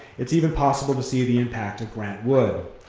it's even possible to see the impact of grant wood.